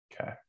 Okay